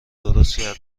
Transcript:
درست